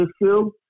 issue